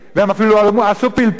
והם אפילו עשו פלפול,